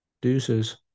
Deuces